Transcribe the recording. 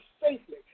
safely